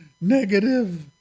negative